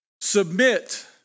submit